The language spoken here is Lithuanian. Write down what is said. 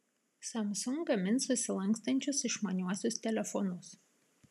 samsung gamins susilankstančius išmaniuosius telefonus